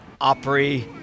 Opry